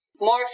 more